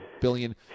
billion